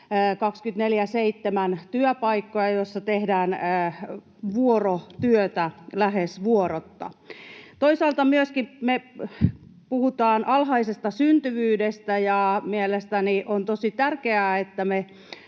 24/7-työpaikkoja, joissa tehdään vuorotyötä lähes vuorotta. Toisaalta myöskin me puhutaan alhaisesta syntyvyydestä, ja mielestäni on tosi tärkeää, että